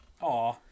Aw